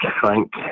Frank